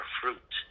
fruit